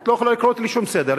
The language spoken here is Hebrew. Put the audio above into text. את לא יכולה לקרוא אותי לשום סדר.